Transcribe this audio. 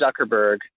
Zuckerberg